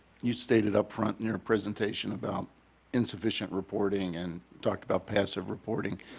you stated upfront in your presentation about insufficient reporting and talked about passive reporting.